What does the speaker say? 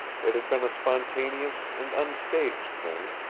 it had been a spontaneous and unstaged thing,